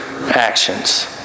actions